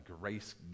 grace